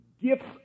gifts